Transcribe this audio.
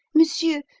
monsieur,